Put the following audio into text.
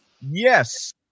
yes